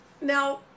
Now